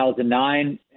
2009